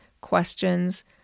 questions